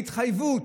בהתחייבות,